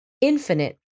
infinite